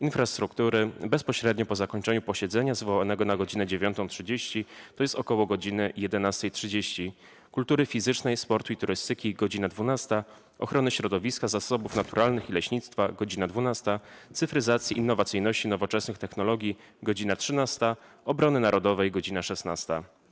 Infrastruktury - bezpośrednio po zakończeniu posiedzenia zwołanego na godz. 9.30, tj. ok. godz. 11.30, - Kultury Fizycznej, Sportu i Turystyki - godz. 12, - Ochrony Środowiska, Zasobów Naturalnych i Leśnictwa - godz. 12, - Cyfryzacji, Innowacyjności i Nowoczesnych Technologii - godz. 13, - Obrony Narodowej - godz. 16.